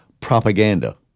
propaganda